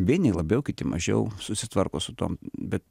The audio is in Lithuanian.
vieni labiau kiti mažiau susitvarko su tuom bet